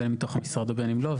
בין אם מתוך המשרד ובין אם לא.